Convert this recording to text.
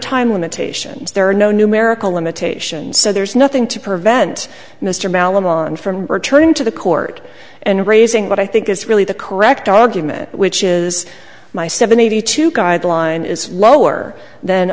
time limitations there are no numerical limitations so there's nothing to prevent mr malam on from returning to the court and raising what i think is really the correct argument which is my seven eighty two guideline is lower than